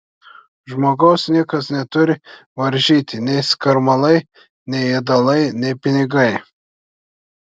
žmogaus niekas neturi varžyti nei skarmalai nei ėdalai nei pinigai